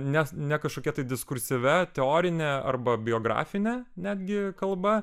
nes ne kažkokia tai diskursyvia teorine arba biografine netgi kalba